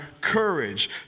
courage